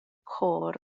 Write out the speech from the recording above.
core